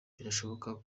birashoboka